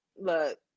look